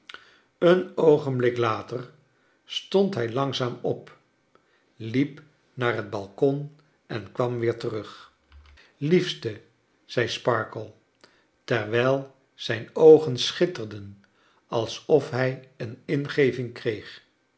een oogenblik later stond hij langzaam op hep naar het balcon en kwam weer terug charles dickens liefste zei sparkler terwijl zijn oogen schitterden alsof hij een ingeving kreeg